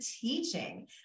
teaching